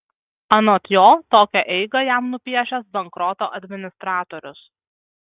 anot jo tokią eigą jam nupiešęs bankroto administratorius